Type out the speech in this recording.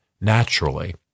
naturally